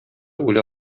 үлә